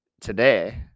today